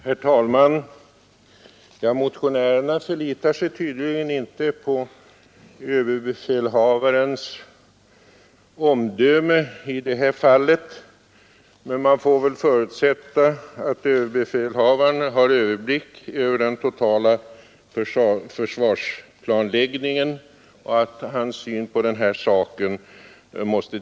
Herr talman! Motionärerna förlitar sig tydligen inte på överbefäl havarens omdöme i detta fall. Man får väl förutsätta att överbefälhavaren har överblick över den totala försvarsplanläggningen och att hans syn på et stort bevisvärde.